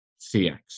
CX